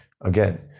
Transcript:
Again